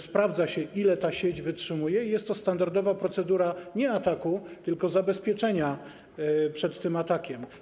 Sprawdza się, ile ta sieć wytrzymuje, i jest to standardowa procedura nie ataku, tylko zabezpieczenia przed atakiem.